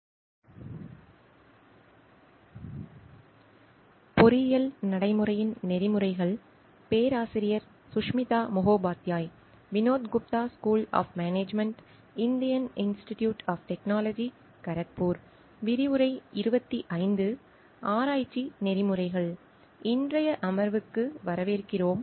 இன்றைய அமர்வுக்கு வரவேற்கிறோம்